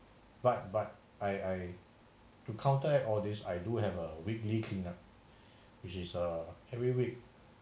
but but I I to counteract all these I do have a weekly clean up which is a every week